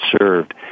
served